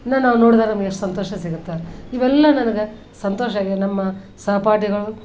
ಇನ್ನು ನಾವು ನೋಡಿದಾಗ ನಮಗೆಷ್ಟು ಸಂತೋಷ ಸಿಗುತ್ತೆ ಇವೆಲ್ಲ ನನ್ಗೆ ಸಂತೋಷ ಆಗಿ ನಮ್ಮ ಸಹಪಾಠಿಗಳು